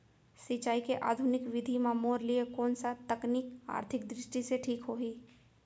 सिंचाई के आधुनिक विधि म मोर लिए कोन स तकनीक आर्थिक दृष्टि से ठीक होही?